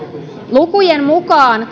lukujen mukaan